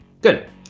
good